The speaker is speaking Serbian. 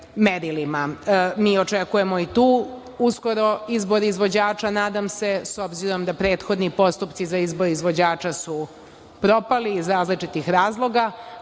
Očekujemo i tu uskoro izbor izvođača, obzirom da prethodni postupci za izbor izvođača su propali iz različitih razloga,